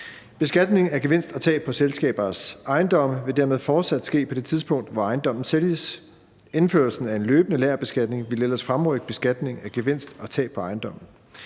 Beskatningen af gevinst og tab på selskabers ejendomme vil dermed fortsat ske på det tidspunkt, hvor ejendommen sælges. Indførelsen af en løbende lagerbeskatning ville ellers fremrykke beskatningen af gevinst og tab på ejendommen,